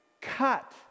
cut